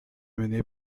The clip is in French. menée